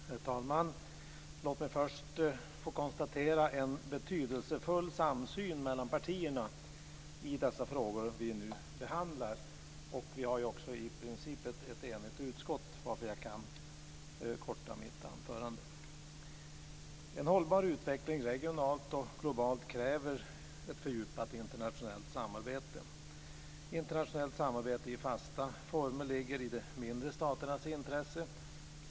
Herr talman! Låt mig först konstatera att det är en betydelsefull samsyn mellan partierna i de frågor som vi nu behandlar. Vi har också i princip ett enigt utskott, varför jag kan korta mitt anförande. En hållbar utveckling, regionalt och globalt, kräver ett fördjupat internationellt samarbete. Ett internationellt samarbete i fasta former ligger i de mindre staternas intresse.